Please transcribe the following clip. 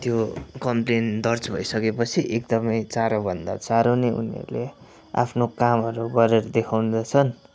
त्यो कम्प्लेन दर्ज भइसकेपछि एकदमै चाँडोभन्दा चाँडो नै उनीहरूले आफ्नो कामहरू गरेर देखाउँदछन्